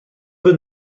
peu